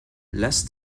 lässt